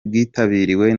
bwitabiriwe